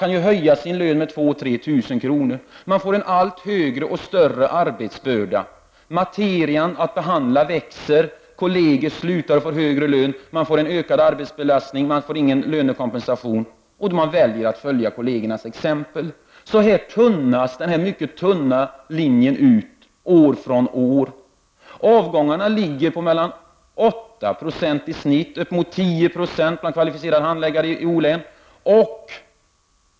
De kunde höja sin lön med 2000—-3 000 kr. Inom skatteförvaltningen blir arbetsbördan för handläggarna allt större, den materia som skall behandlas blir alltmer omfattande. Kolleger slutar och får högre lön på andra arbetsplatser, medan arbetsbelastningen inom skatteförvaltningen ökar utan att de anställda får någon lönekompensation för det. Därmed väljer fler att följa kollegernas exempel. Det blir tunnare och tunnare med kvalificerad personal år från år. Avgången är genomsmittligt ca 8 20 och uppemot 10 26 bland kvalificerad personal varje år.